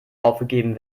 aufgegeben